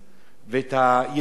והיסודות